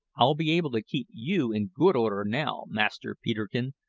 i'll be able to keep you in good order now, master peterkin.